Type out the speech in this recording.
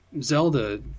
Zelda